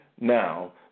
now